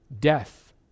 death